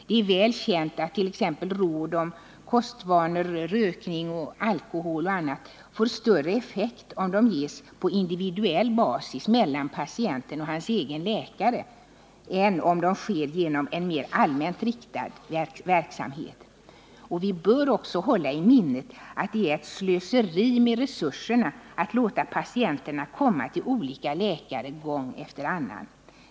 Det är välkänt att t.ex. råd om kostvanor, rökning, alkohol och annat får större effekt om de ges på individuell basis mellan patienten och hans egen läkare än om de ges genom en mer allmänt riktad verksamhet. Vi bör också hålla i minnet att det är ett slöseri med resurserna att låta patienterna komma till olika läkare gång efter annan.